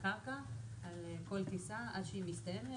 מהקרקע על כל טיסה עד שהיא מסתיימת